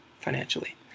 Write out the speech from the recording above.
financially